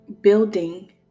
building